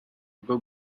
rwo